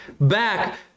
back